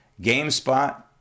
GameSpot